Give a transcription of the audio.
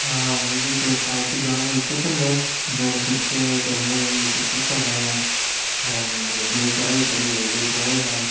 हाँ मुझे तो पालतू जानवर पसंद है मेरे खुद के घर में एक कुत्ता है हाँ न मेरे दो गाय पड़ी है दो गाय है